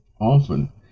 Often